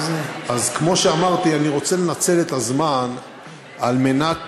אז כמו שאמרתי, אני רוצה לנצל את הזמן על מנת